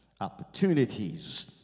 Opportunities